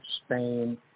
Spain